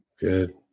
Good